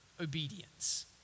obedience